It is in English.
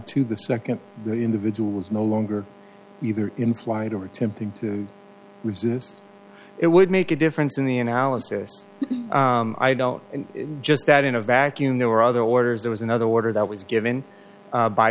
to the second the individuals no longer either implied or attempting to resist it would make a difference in the analysis i don't just that in a vacuum there were other orders there was another order that was given